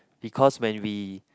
because when we